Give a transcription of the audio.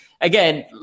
again